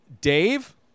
dave